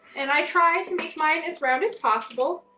and i tried to make mine as round as possible,